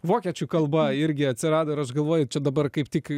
vokiečių kalba irgi atsirado ir aš galvoju čia dabar kaip tik